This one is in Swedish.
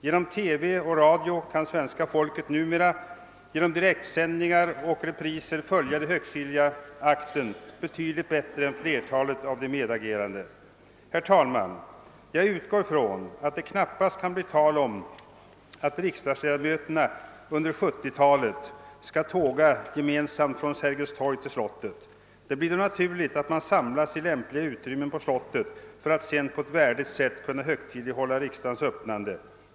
Genom TV och radio kan ju svenska folket numera i direktsändningar och repriser följa den högtidliga akten betydligt bättre än flertalet av dem som är närvarande i rikssalen. Herr talman! Jag utgår från att det knappast kan bli tal om att riksdags ledamöterna under 1970-talet skall tåga gemensamt från Sergels Torg till slottet. Det blir naturligt att man samlas på slottet för att sedan på ett värdigt sätt kunna högtidlighålla riksdagens öppnande.